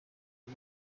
iyi